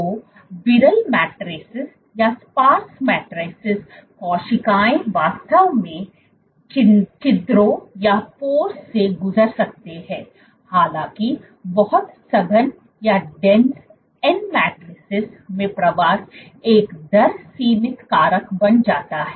तो विरल मैट्रिसेस कोशिकाओं वास्तव में छिद्रों से गुजर सकते हैं हालाँकि बहुत सघन nमेट्रिसेस में प्रवास एक दर सीमित कारक बन जाता है